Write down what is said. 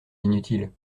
inutiles